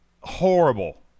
horrible